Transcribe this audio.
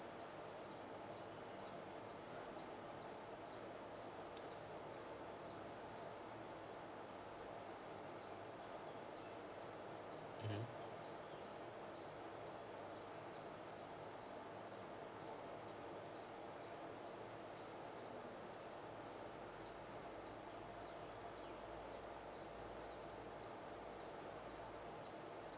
mm mm